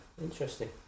Interesting